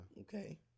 Okay